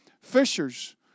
fishers